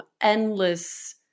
endless